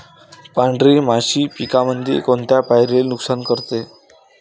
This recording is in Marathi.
पांढरी माशी पिकामंदी कोनत्या पायरीले नुकसान करते?